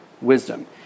wisdom